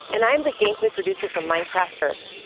and i'm the gameplay producer from minecraft earth.